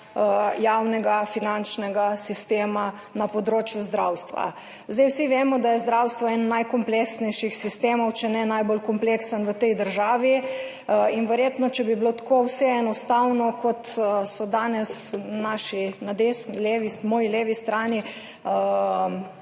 javnega finančnega sistema na področju zdravstva. Vsi vemo, da je zdravstvo eden najkompleksnejših sistemov, če ne najbolj kompleksen v tej državi, in verjetno, če bi bilo vse tako enostavno, kot so danes govorili na moji levi strani,